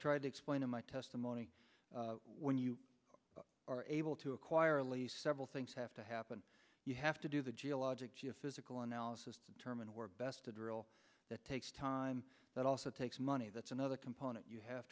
tried to explain in my testimony when you are able to acquire a lease several things have to happen you have to do the geologic geophysical analysis to determine where best to drill that takes time that also takes money that's another component you have